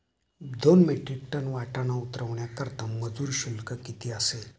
दोन metric ton वाटाणा उतरवण्याकरता मजूर शुल्क किती असेल?